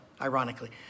ironically